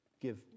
give